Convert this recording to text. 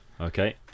okay